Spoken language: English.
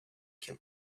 can